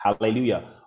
hallelujah